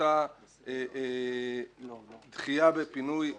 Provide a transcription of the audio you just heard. משמעותה דחייה ופינוי השדה.